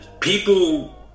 people